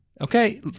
Okay